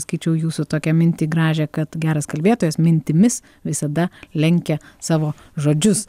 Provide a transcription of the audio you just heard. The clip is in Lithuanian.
skaičiau jūsų tokią mintį gražią kad geras kalbėtojas mintimis visada lenkia savo žodžius